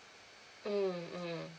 mm mm